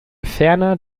ferner